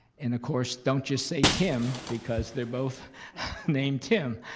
and of course don't just say tim, because they're both named tim,